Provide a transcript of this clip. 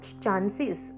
chances